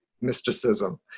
mysticism